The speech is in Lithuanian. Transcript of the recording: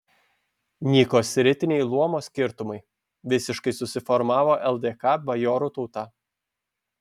nyko sritiniai luomo skirtumai visiškai susiformavo ldk bajorų tauta